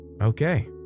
okay